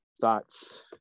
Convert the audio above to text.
thoughts